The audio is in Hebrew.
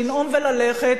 לנאום וללכת,